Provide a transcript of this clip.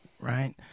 Right